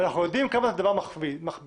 אנחנו יודעים כמה הדבר הזה מכביד,